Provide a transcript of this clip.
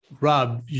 Rob